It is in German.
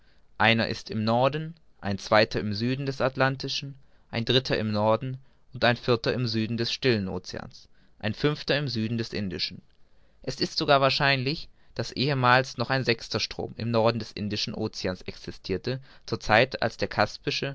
einer ist im norden ein zweiter im süden des atlantischen ein dritter im norden ein vierter im süden des stillen oceans ein fünfter im süden des indischen es ist sogar wahrscheinlich daß ehemals noch ein sechster strom im norden des indischen oceans existirte zur zeit als der